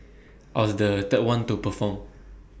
I was the third one to perform